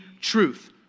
truth